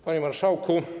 Panie Marszałku!